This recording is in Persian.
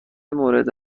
مورد